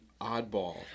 oddball